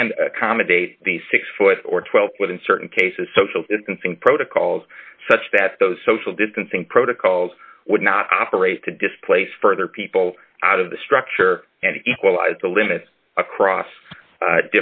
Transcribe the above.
and accommodate the six foot or twelve foot in certain cases social distancing protocols such that those social distancing protocols would not operate to displace further people out of the structure and equalize the limits across